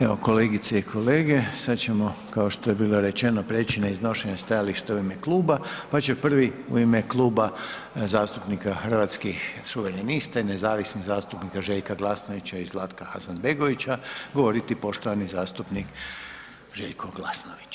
Evo, kolegice i kolege sad ćemo kao što je bilo rečeno prijeći na iznošenje stajališta u ime kluba pa će prvi u ime Kluba zastupnika Hrvatskih suverenista i nezavisnih zastupnika Željka Glasnović i Zlatka Hasanbegovića govoriti poštovani zastupnik Željko Glasnović.